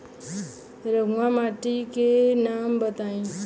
रहुआ माटी के नाम बताई?